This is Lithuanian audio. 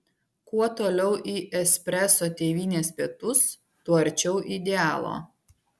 kuo toliau į espreso tėvynės pietus tuo arčiau idealo